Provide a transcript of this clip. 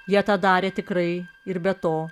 jie tą darė tikrai ir be to